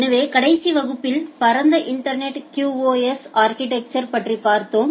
எனவே கடைசி வகுப்பில் பரந்த இன்டர்நெட் QoS அா்கிடெக்சா் பற்றி பார்த்தோம்